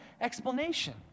explanation